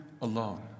alone